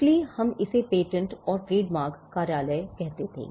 इसलिए हम इसे पेटेंट और ट्रेडमार्क कार्यालय कहते थे